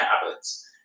habits